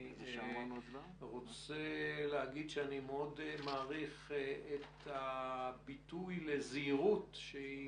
אני רוצה להגיד שאני מאוד מעריך את הביטוי לזהירות שהיא